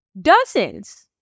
dozens